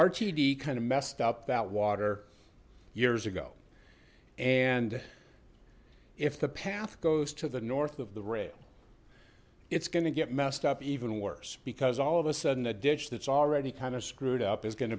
rtd kind of messed up that water years ago and if the path goes to the north of the rail it's going to get messed up even worse because all of a sudden the ditch that's already kind of screwed up is going to